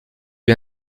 lui